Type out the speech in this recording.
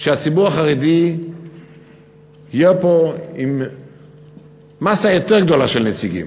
שהציבור החרדי יהיה פה עם מאסה יותר גדולה של נציגים.